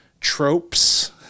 tropes